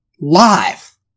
live